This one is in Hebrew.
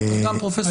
תודה, פרופ' דקל.